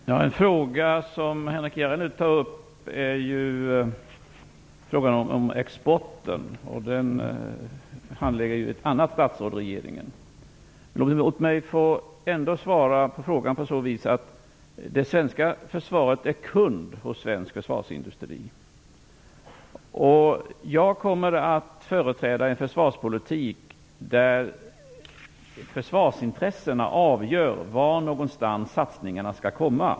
Herr talman! Den fråga som Henrik S Järrel här tar upp gäller exporten. Den frågan handlägger ett annat statsråd i regeringen. Men låt mig ändå svara genom att säga att det svenska försvaret är kund hos svensk försvarsindustri. Jag kommer att företräda en försvarspolitik där försvarsintressena avgör var satsningarna skall komma.